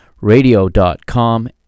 radio.com